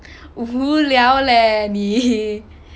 无聊 leh 你